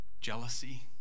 jealousy